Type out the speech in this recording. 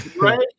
right